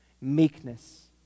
meekness